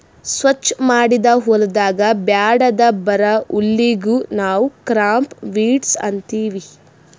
ಸ್ವಚ್ ಮಾಡಿದ್ ಹೊಲದಾಗ್ ಬ್ಯಾಡದ್ ಬರಾ ಹುಲ್ಲಿಗ್ ನಾವ್ ಕ್ರಾಪ್ ವೀಡ್ಸ್ ಅಂತೀವಿ